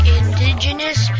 indigenous